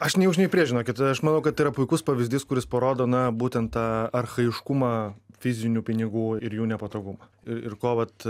aš nei už nei prieš žinokit aš manau kad tai yra puikus pavyzdys kuris parodo na būtent tą archajiškumą fizinių pinigų ir jų nepatogumą ir ko vat